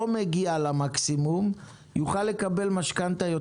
עבריין במשכנתה.